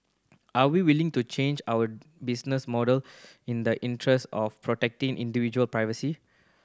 are we willing to change our business model in the interest of protecting individual privacy